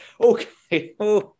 okay